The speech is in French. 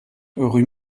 rue